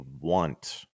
want